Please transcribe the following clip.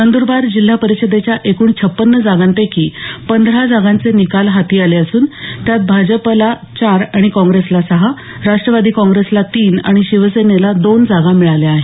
नंदरबार जिल्हा परिषदेच्या एकूण छप्पन्न जागांपैकी पंधरा जागांचे निकाल लागले असून त्यात भाजपला चार आणि काँग्रेसला सहा राष्ट्रवादी काँग्रेसला तीन आणि शिवसेनेला दोन जागा मिळाल्या आहेत